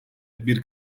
bir